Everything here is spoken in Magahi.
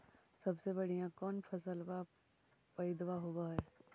सबसे बढ़िया कौन फसलबा पइदबा होब हो?